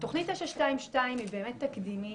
תוכנית 922 היא תקדימית,